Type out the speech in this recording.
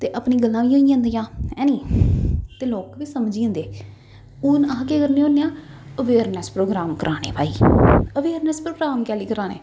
ते अपनी गल्लां बी होई जंदियां है नी ते लोक बी समझी जंदे हून अह् केह् करने होन्ने आं अवेयरनैस्स प्रोग्राम कराने भाई अवेयरनैस्स प्रोग्राम कैह्ल्ली कराने